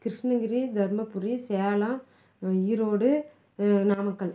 Krishnagiri Dharmapuri Salem Erode Namakkal